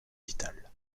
vital